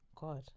god